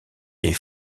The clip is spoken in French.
est